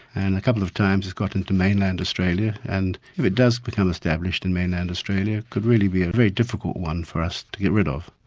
and a couple of times it's got in to mainland australia, and if it does become established in mainland australia could really be a very difficult one for us to get rid of.